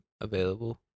available